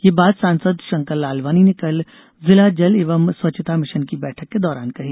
ये बात सांसद षंकर लालवानी ने कल जिला जल एवं स्वच्छता मिषन की बैठक के दौरान कहीं